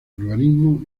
urbanismo